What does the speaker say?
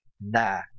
nah